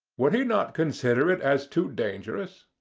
would he not consider it as too dangerous?